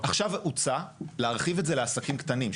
עכשיו הוצע להרחיב את זה לעסקים קטנים,